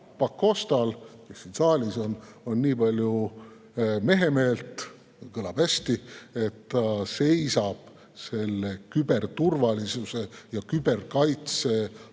Pakostal, kes ka siin saalis on, on nii palju mehemeelt – kõlab hästi! –, et ta seisab küberturvalisuse ja küberkaitse